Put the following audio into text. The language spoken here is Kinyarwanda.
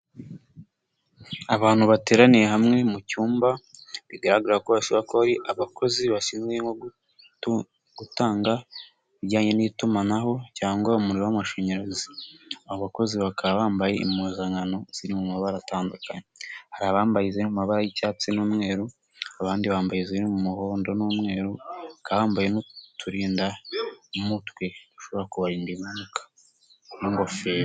Abantu bateraniye hamwe mu cyumba bigaragara ko basaba ko hari abakozi bashinzwe nko gutanga ibijyanye n'itumanaho cyangwa umuriro w'amashanyarazi, abakozi bakaba bambaye impuzankano ziri mu mabara atandukanye, hari abambaye izo mu maba y'icyatsi n'umweru, abandi bambaye izo mu muhondo n'umweru, bakaba bambaye n'uturindamutwe dushobora kubarinda impanuka n'ingofero.